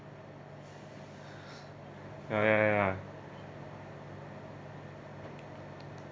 ya ya ya ya